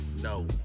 no